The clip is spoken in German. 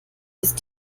ist